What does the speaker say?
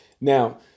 Now